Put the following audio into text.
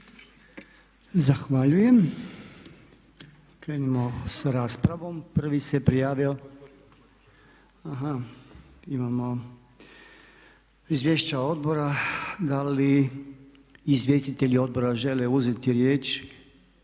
Zahvaljujem. Krenimo sa raspravom. Prvi se prijavio. Imamo izvješća odbora, da li izvjestitelji odbora žele uzeti riječ?